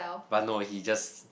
but no he just